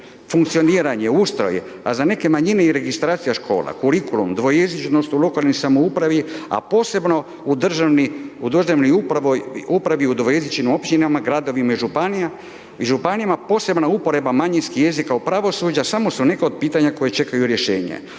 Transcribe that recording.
funkcioniranje, ustroj, a za neke manjine i registracija škola, kurikulum, dvojezičnost u lokalnoj samoupravi, a posebno u državni, u državni upravi u dvojezničnim općinama, gradovima i županijama, posebna upreba manjinskih jezika u pravosuđa samo su neka od pitanja koja čekaju rješenje.